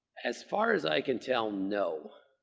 as far as i can tell, no.